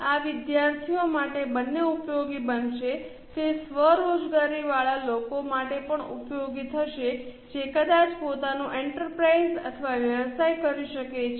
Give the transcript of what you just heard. આ વિદ્યાર્થીઓ માટે બંને ઉપયોગી બનશે તે સ્વ રોજગારીવાળા લોકો માટે પણ ઉપયોગી થશે જે કદાચ પોતાનું એન્ટરપ્રાઇઝ અથવા વ્યવસાય કરી શકે છે